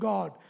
God